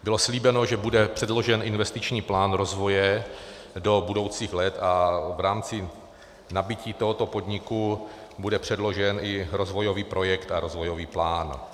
Bylo slíbeno, že bude předložen investiční plán rozvoje do budoucích let a v rámci nabytí tohoto podniku bude předložen i rozvojový projekt a rozvojový plán.